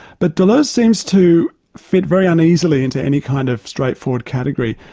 but deleuze seems to fit very uneasily into any kind of straightforward category.